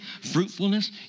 fruitfulness